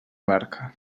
barca